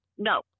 No